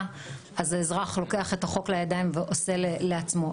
לידיים ועושה לעצמו.